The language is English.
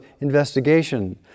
investigation